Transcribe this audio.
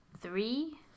Three